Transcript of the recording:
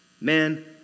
man